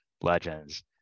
legends